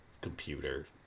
computer